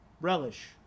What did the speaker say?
relish